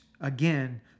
again